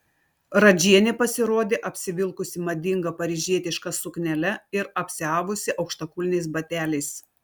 radžienė pasirodė apsivilkusi madinga paryžietiška suknele ir apsiavusi aukštakulniais bateliais